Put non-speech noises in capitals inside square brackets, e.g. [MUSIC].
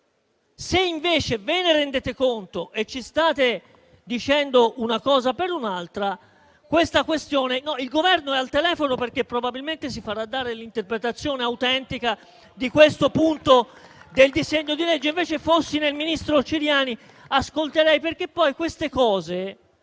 che ve ne rendete conto e ci state dicendo una cosa per un'altra. Il Governo è al telefono, perché probabilmente si farà dare l'interpretazione autentica di questo punto del disegno di legge. [APPLAUSE] Invece, fossi nel ministro Ciriani ascolterei perché, quando queste cose